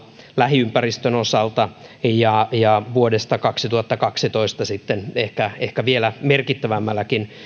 lähiympäristön osalta ja ja vuodesta kaksituhattakaksitoista sitten ehkä ehkä vielä merkittävämmälläkin